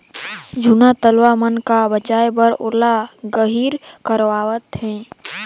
जूना तलवा मन का बचाए बर ओला गहिर करवात है